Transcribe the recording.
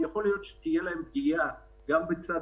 יכול להיות שתהיה להם פגיעה גם בצד